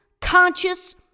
conscious